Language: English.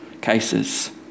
cases